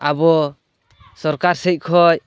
ᱟᱵᱚ ᱥᱚᱨᱠᱟᱨ ᱥᱮᱫ ᱠᱷᱚᱱ